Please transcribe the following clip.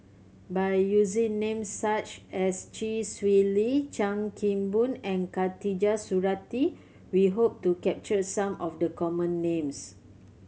by using names such as Chee Swee Lee Chan Kim Boon and Khatijah Surattee we hope to capture some of the common names